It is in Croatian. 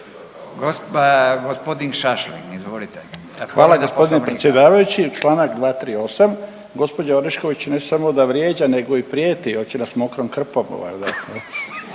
Hvala g. predsjedavajući. Čl. 238. Gđa Orešković je samo da vrijeđa nego i prijeti, hoće nas mokrom krpom